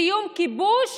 סיום כיבוש